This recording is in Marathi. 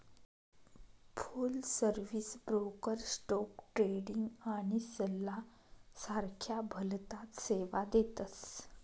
फुल सर्विस ब्रोकर स्टोक ट्रेडिंग आणि सल्ला सारख्या भलताच सेवा देतस